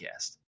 Podcast